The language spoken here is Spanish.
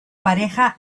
pareja